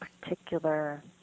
particular